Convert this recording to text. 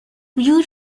viewed